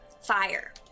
Fire